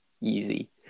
easy